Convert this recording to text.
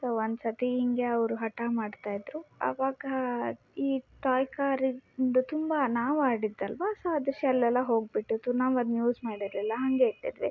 so ಒಂದು ಸತಿ ಹೀಗೆ ಅವರು ಹಟ ಮಾಡ್ತ ಇದ್ದರು ಅವಾಗ ಈ ಟಾಯ್ ಕಾರಿಂದು ತುಂಬಾ ನಾವು ಆಡಿದ್ದಲ್ವಾ ಸೊ ಅದ್ರ ಶೆಲ್ಲೆಲ್ಲ ಹೋಗಿಬಿಟ್ಟಿತ್ತು ನಾವು ಅದ್ನ ಯೂಸ್ ಮಾಡಿರಲಿಲ್ಲ ಹಾಗೆ ಇಟ್ಟಿದ್ವಿ